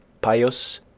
pious